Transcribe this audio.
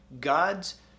God's